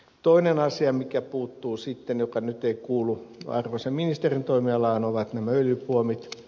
toinen asia mikä puuttuu ja mikä nyt ei kuulu arvoisan ministerin toimialaan ovat nämä öljypuomit